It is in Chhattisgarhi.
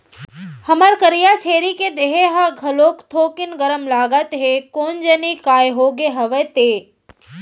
हमर करिया छेरी के देहे ह घलोक थोकिन गरम लागत हे कोन जनी काय होगे हवय ते?